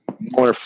more